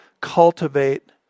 cultivate